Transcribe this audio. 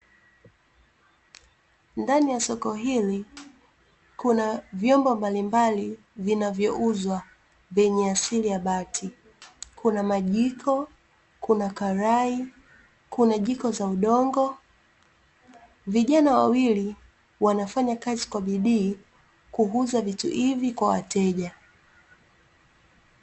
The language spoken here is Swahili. Ndani ya soko hili kuna vyombo mbalimbali vinavyouzwa vyenye asili ya bati kuna majiko, kuna karai, kuna jiko za udongo. Vijana wawili wanafanya kazi kwa bidii kuuza vitu hivi kwa wateja .